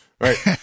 Right